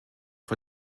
vor